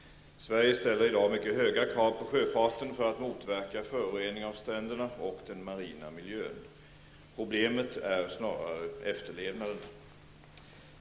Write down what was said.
Sverige ställer i dag mycket höga krav på sjöfarten för att motverka förorening av stränderna och den marina miljön. Problemet är snarare efterlevnaden.